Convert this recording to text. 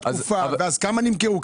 כמה דירות נמכרו?